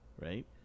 right